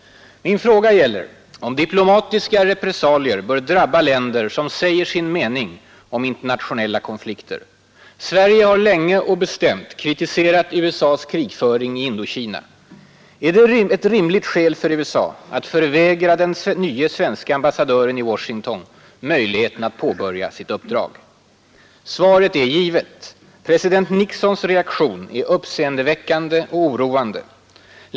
Min fråga gäller om diplomatiska repressalier bör drabba länder som säger sin mening om internationella konflikter. Sverige har länge och bestämt kritiserat USA:s krigföring i Indokina. Är det ett rimligt skäl för USA att förvägra den nye svenske ambassadören i Washington möjligheten att påbörja sitt uppdrag? Svaret är givet: president Nixons reaktion är uppseendeväckande och oroande.